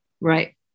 Right